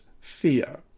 fear